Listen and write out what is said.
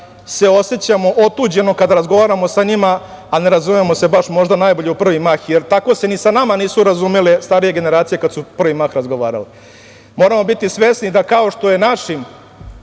se osećamo otuđeno kada razgovaramo sa njima, a ne razumemo se baš možda najbolje u prvi mah, jer tako se ni sa nama nisu razumele starije generacije kada su u prvi mah razgovarale. Moramo biti svesni da, kao što je našim